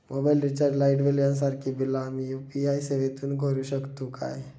Mobile recharge, light bill यांसारखी बिला आम्ही यू.पी.आय सेवेतून करू शकतू काय?